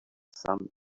some